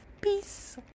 peace